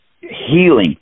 healing